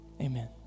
Amen